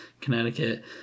Connecticut